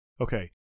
Okay